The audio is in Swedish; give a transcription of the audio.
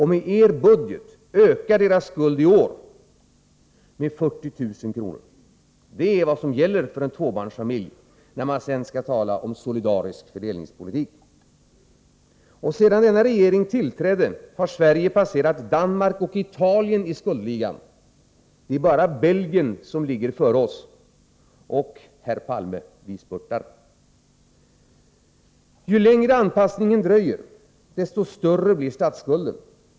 Med er budget ökar deras skuld i år med 40000 kr. Det är vad som gäller för en tvåbarnsfamilj när man skall tala om en solidarisk fördelningspolitik. Sedan den nuvarande regeringen tillträdde har Sverige passerat Danmark och Italien i skuldligan. Bara Belgien ligger före oss. Och, herr Palme, vi spurtar! Ju längre anpassningen dröjer, desto större blir statsskulden.